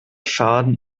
schaden